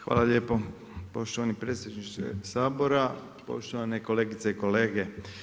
Hvala lijepo poštovani predsjedniče Sabora, poštovane kolegice i kolege.